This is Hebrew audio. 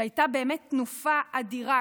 שהייתה באמת תנופה אדירה,